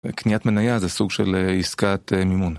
קניית מנייה זה סוג של עסקת מימון.